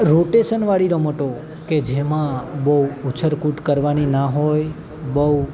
રોટેશનવાળી રમતો કે જેમાં બહુ ઉછળકૂદ કરવાની ના હોય બહુ